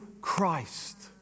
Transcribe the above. Christ